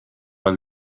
ahal